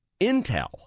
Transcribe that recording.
Intel